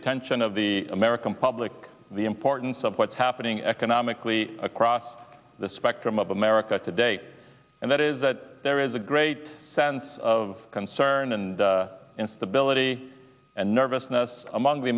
attention of the american public the importance of what happening economically across the spectrum of america today and that is that there is a great sense of concern and instability and nervousness among the